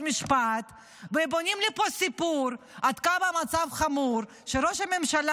המשפט ובונים לי פה סיפור עד כמה המצב חמור שראש הממשלה,